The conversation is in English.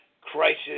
crisis